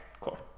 cool